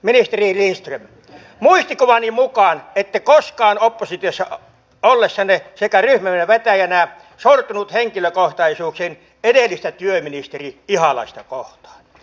ministeri lindström muistikuvani mukaan ette koskaan oppositiossa ollessanne sekä ryhmänne vetäjänä sortunut henkilökohtaisuuksiin edellistä työministeri ihalaista kohtaan